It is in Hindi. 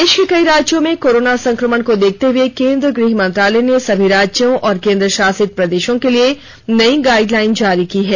देश के कई राज्यों में कोरोना संक्रमण को देखते हुए केंद्रीय गृह मंत्रालय ने सभी राज्यों और केंद्र शासित प्रदेशों के लिए नई गाइडलाइन जारी की हैं